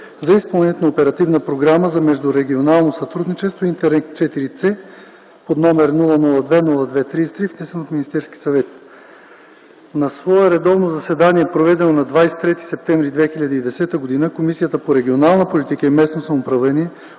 за изпълнението на Оперативна програма за междурегионално сътрудничество „Интеррег ІVС”, № 002-02-33, внесен от Министерския съвет На свое редовно заседание, проведено на 23 септември 2010 г., Комисията по регионална политика и местно самоуправление